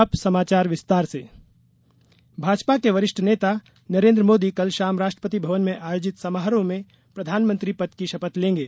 अब समाचार विस्तार से मोदी शपथ भाजपा के वरिष्ठ नेता नरेंद्र मोदी कल शाम राष्ट्रपति भवन में आयोजित समारोह में प्रधानमंत्री पद की शपथ लेंगे